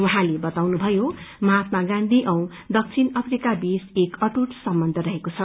उहाँले बताउनुभयो महात्मा गांधी औ दक्षिण अफ्रिकाबीच एक अटुर संबच रहेको छ